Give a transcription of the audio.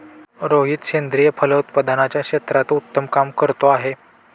रोहित सेंद्रिय फलोत्पादनाच्या क्षेत्रात उत्तम काम करतो आहे